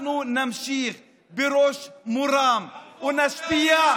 אנחנו נמשיך בראש מורם ונשפיע,